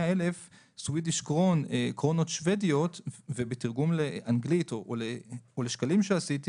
אלף קרונות שוודיות ובתרגום לשקלים שעשיתי